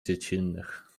dziecinnych